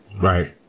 Right